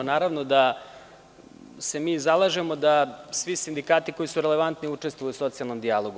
Naravno da se mi zalažemo da svi sindikati koji su relevantni učestvuju u socijalnom dijalogu.